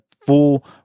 full